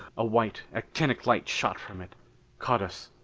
a white actinic light shot from it caught us,